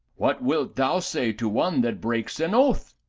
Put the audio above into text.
what wilt thou say to one that breaks an oath?